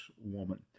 woman